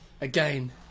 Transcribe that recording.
Again